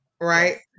Right